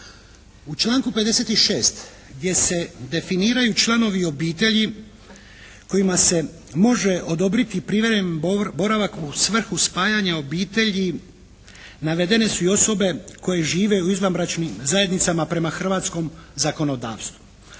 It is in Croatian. U članku 56. gdje se definiraju članovi obitelji kojima se može odobriti privremeni boravak u svrhu spajanja obitelji navedene su osobe koje žive u izvanbračnim zajednicama prema hrvatskom zakonodavstvu.